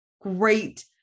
great